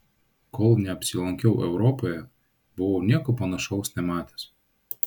kol neapsilankiau europoje buvau nieko panašaus nematęs